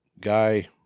guy